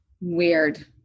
Weird